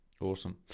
awesome